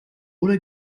oder